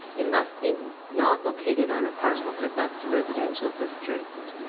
it must be not located on a parcel that abuts a residential district,